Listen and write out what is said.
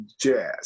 jazz